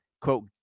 quote